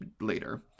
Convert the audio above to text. later